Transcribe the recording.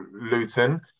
Luton